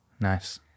Nice